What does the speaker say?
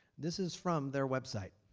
this is from their website.